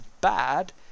bad